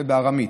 זה בארמית.